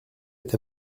est